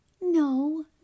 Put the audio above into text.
No